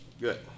Good